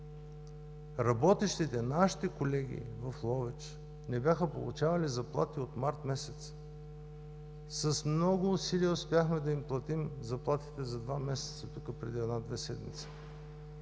Работещите, нашите колеги в Ловеч не бяха получавали заплати от март месец. С много усилия успяхме да им платим заплатите за два месеца, тук преди една-две седмици,